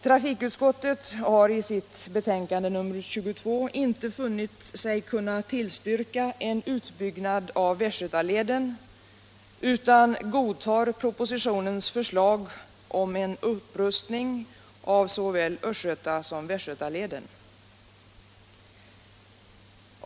Trafikutskottet har i sitt betänkande nr 22 inte funnit sig kunna tillstyrka en utbyggnad av västgötaleden utan godtar propositionens förslag om en upprustning av såväl östgöta som västgötaleden.